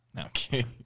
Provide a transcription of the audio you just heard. Okay